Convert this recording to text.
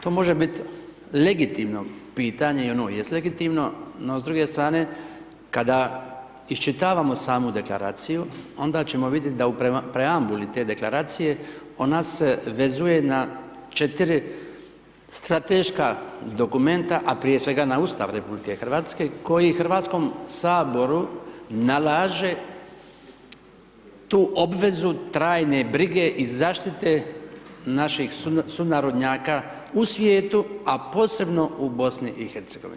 To može biti legitimno pitanje i ono jest legitimno, n o s druge strane kada iščitavamo samu deklaraciju, onda ćemo vidjeti da u preambuli te deklaracije, ona se vezuje na 4 strateška dokumenta, a prije svega na Ustav RH, koji prije svega Sabor u nalaže tu obvezu trajne brige i zaštite naših sunarodnjaka u svijetu a posebno u BIH.